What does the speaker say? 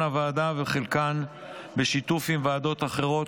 הוועדה וחלקם בשיתוף עם ועדות אחרות,